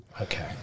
Okay